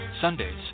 Sundays